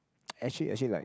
actually actually like